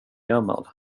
gammal